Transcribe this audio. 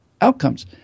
outcomes